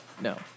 No